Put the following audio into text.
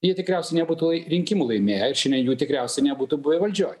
jie tikriausiai nebūtų rinkimų laimėję ir šiandien jų tikriausiai nebūtų buvę valdžioj